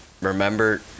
Remember